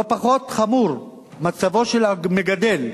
לא פחות חמור מצבו של המגדל,